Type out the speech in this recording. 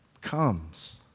comes